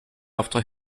after